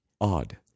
Odd